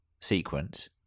sequence